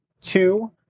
two